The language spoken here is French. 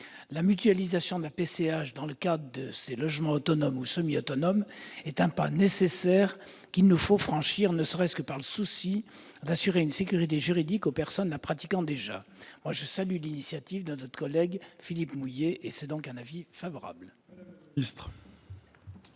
La mutualisation de la PCH dans le cadre de ces logements autonomes ou semi-autonomes est un pas nécessaire qu'il nous faut franchir, ne serait-ce qu'avec le souci d'assurer une sécurité juridique aux personnes qui la pratiquent déjà. Je salue l'initiative de notre collègue Philippe Mouiller. C'est pourquoi j'émets un avis favorable.